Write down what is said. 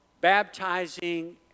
baptizing